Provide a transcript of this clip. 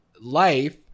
life